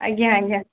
ଆଜ୍ଞା ଆଜ୍ଞା